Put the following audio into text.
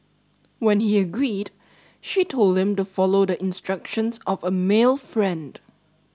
when he agreed she told him to follow the instructions of a male friend